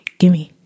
gimme